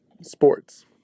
sports